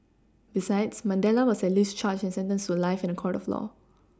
besides Mandela was at least charged and sentenced to life in a court of law